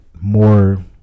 more